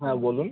হ্যাঁ বলুন